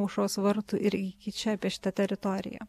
aušros vartų ir iki čia apie šitą teritoriją